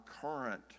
current